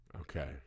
Okay